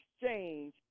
exchange